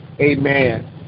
Amen